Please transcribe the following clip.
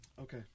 Okay